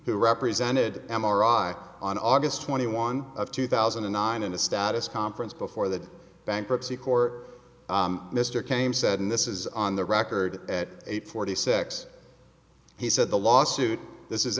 who represented m r i on august twenty one of two thousand and nine in a status conference before the bankruptcy court mr came said and this is on the record at eight forty six he said the lawsuit this is